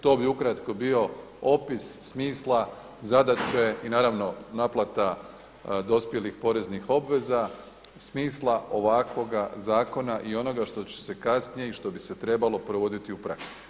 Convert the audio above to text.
To bi ukratko bio opis smisla zadaće i naravno naplata dospjelih poreznih obveza, smisla ovakvoga zakona i onoga što će se kasnije i što bi se trebalo provoditi u praksi.